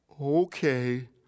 Okay